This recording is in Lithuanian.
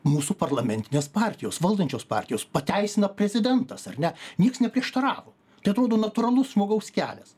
mūsų parlamentinės partijos valdančios partijos pateisina prezidentas ar ne nieks neprieštaravo tai atrodo natūralus žmogaus kelias